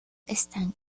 están